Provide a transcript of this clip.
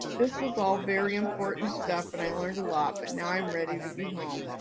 this was all very important stuff and i learned a lot but now i'm ready to be home.